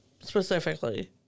specifically